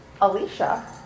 Alicia